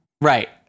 right